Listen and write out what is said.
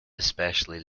especially